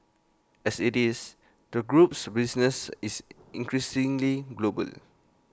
as IT is the group's business is increasingly global